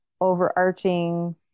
overarching